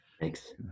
Thanks